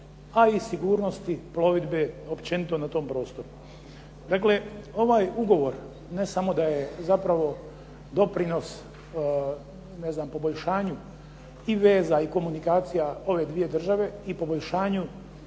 a i sigurnosti plovidbe općenito na tom prostoru. Dakle, ovaj ugovor ne samo da je doprinos poboljšanju i veza i komunikacija ove države i poboljšanju